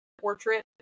portrait